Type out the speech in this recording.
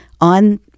on